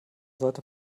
sollte